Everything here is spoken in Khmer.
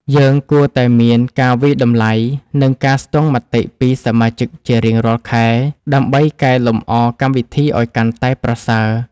យើងគួរតែមានការវាយតម្លៃ និងការស្ទង់មតិពីសមាជិកជារៀងរាល់ខែ ដើម្បីកែលម្អកម្មវិធីឱ្យកាន់តែប្រសើរ។